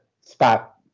spot